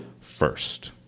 first